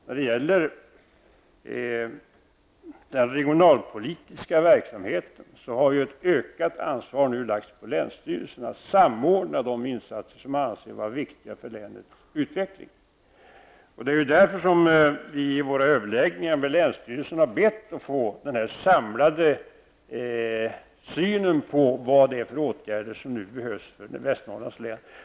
När det gäller den regionalpolitiska verksamheten har ett ökat ansvar nu lagts på länsstyrelserna för att de skall samordna de insatser som anses vara viktiga för länets utveckling. Det är därför som vi vid våra överläggningar med länsstyrelserna har bett att få denna samlade syn på vilka åtgärder som behövs i Västernorrlands län.